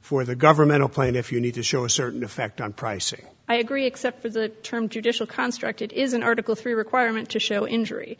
for the governmental plane if you need to show a certain effect on pricing i agree except for the term judicial construct it is an article three requirement to show injury